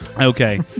Okay